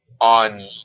on